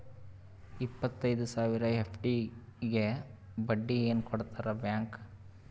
ಇಪ್ಪತ್ತೈದು ಸಾವಿರ ಎಫ್.ಡಿ ಗೆ ಬಡ್ಡಿ ಏನ ಕೊಡತದ ಬ್ಯಾಂಕ್?